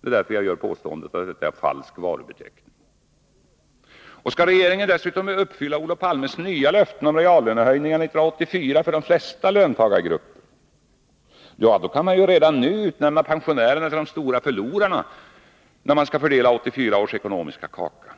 Det är därför jag gör påståendet om falsk varubeteckning. Skall regeringen dessutom uppfylla Olof Palmes nya löften om reallöne höjningar 1984 för de flesta löntagargrupper, kan man redan nu utnämna pensionärerna till de stora förlorarna när man skall fördela 1984 års ekonomiska kaka.